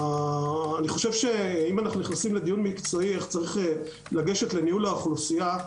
אם אנחנו נכנסים לדיון מקצועי לגבי איך צריך לגשת לניהול האוכלוסייה,